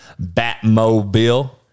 Batmobile